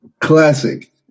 classic